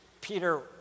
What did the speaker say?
Peter